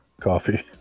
coffee